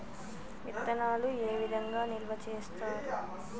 విత్తనాలు ఏ విధంగా నిల్వ చేస్తారు?